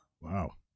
Wow